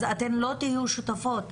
אז אתן לא תהיו שותפות,